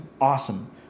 Awesome